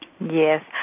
Yes